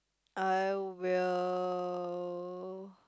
I will